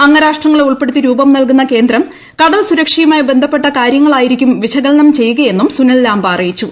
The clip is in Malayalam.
അംഗരാഷ്ട്രങ്ങളെ ഉൾപ്പെടുത്തി രൂപം നൽകുന്ന കേന്ദ്രം കടൽ സുരക്ഷയുമായി ബന്ധപ്പെട്ട കാര്യങ്ങളായിരിക്കും വിശകലനം ചെയ്യുക എന്നും സുനിൽലാംബ അറിയിച്ചു